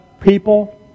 people